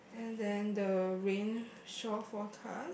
and then the rain shore forecast